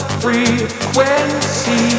frequency